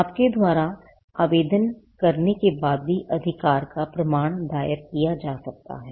आपके द्वारा आवेदन करने के बाद भी अधिकार का प्रमाण दायर किया जा सकता है